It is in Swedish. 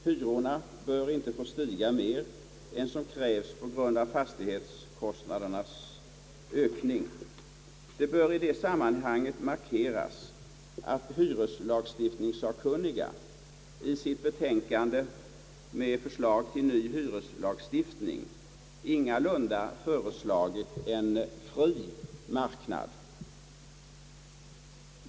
Hyrorna bör inte få stiga mer än vad som krävs på grund av fastighetskostnadernas ökning. Det bör i detta sammanhang markeras att hyreslagstiftningssakkunniga i sitt betänkande med förslag till ny hyreslag ingalunda föreslagit en fri marknad.